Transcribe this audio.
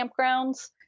campgrounds